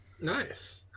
Nice